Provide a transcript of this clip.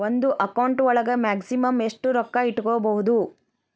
ಒಂದು ಅಕೌಂಟ್ ಒಳಗ ಮ್ಯಾಕ್ಸಿಮಮ್ ಎಷ್ಟು ರೊಕ್ಕ ಇಟ್ಕೋಬಹುದು?